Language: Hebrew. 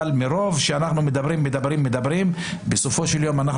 אבל מרוב שאנחנו מדברים בסופו של יום אנחנו